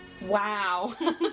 Wow